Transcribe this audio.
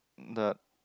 the